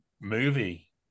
movie